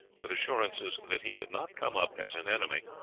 with assurances that he had not come up as an enemy,